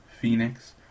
Phoenix